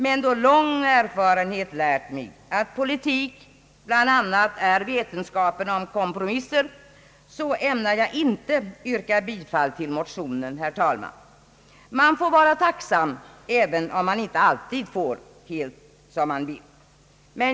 Men då lång erfarenhet lärt mig att politik bland annat är vetenskapen om kompromisser, ämnar jag inte yrka bifall till motionen, herr talman — man får vara tacksam, även om man inte alltid får helt som man vill.